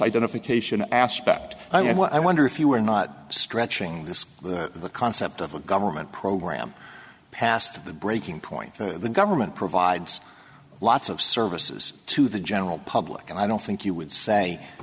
identification aspect and i wonder if you are not stretching this that the concept of a government program pat the breaking point the government provides lots of services to the general public and i don't think you would say